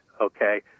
okay